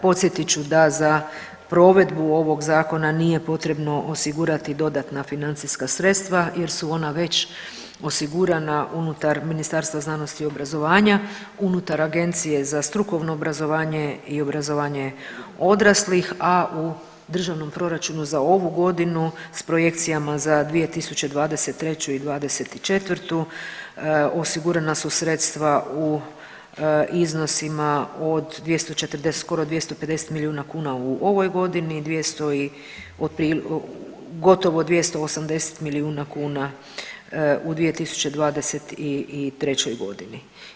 Podsjetit ću da za provedbu ovog zakona nije potrebno osigurati dodatna financijska sredstava jer su ona već osigurana unutar Ministarstva znanosti i obrazovanja, unutar Agencije za strukovno obrazovanje i obrazovanje odraslih, a u državnom proračunu za ovu godinu s projekcijama za 2023. i '24. osigurana su sredstva u iznosima od 240 skoro 250 milijuna kuna u ovoj godini i 200 i otprilike gotovo 280 milijuna kuna u 2023. godini.